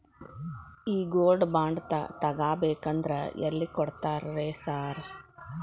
ಈ gold bond ತಗಾಬೇಕಂದ್ರ ಎಲ್ಲಿ ಕೊಡ್ತಾರ ರೇ ಸಾರ್?